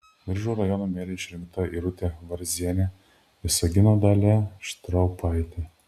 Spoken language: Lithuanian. biržų rajono mere išrinkta irutė varzienė visagino dalia štraupaitė